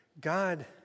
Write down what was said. God